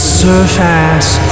surface